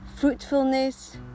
fruitfulness